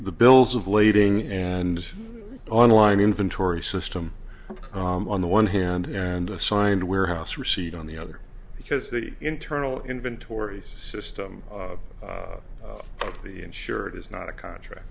the bills of lading and on line inventory system on the one hand and a signed warehouse receipt on the other because the internal inventory system of the insured is not a contract